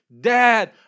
Dad